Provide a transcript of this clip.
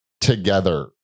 together